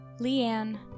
Leanne